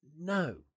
No